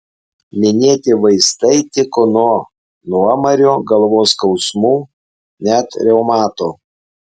minėti vaistai tiko nuo nuomario galvos skausmų net reumato